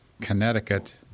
Connecticut